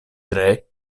tre